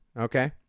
Okay